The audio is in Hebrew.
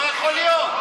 לא יכול להיות.